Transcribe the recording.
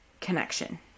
connection